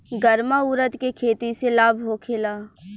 गर्मा उरद के खेती से लाभ होखे ला?